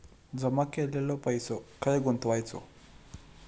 जमा केलेलो पैसो खय गुंतवायचो?